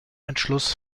entschluss